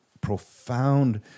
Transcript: profound